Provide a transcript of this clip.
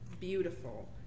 beautiful